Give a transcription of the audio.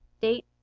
Date